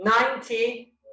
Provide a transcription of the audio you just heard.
ninety